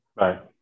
Right